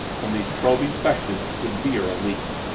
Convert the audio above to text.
from these probing questions, would be a relief.